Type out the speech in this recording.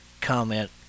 comment